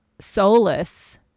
soulless